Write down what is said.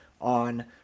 on